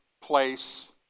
Place